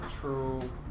True